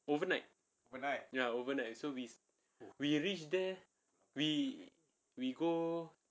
overnight ya overnight so we we reach there we we go